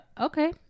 Okay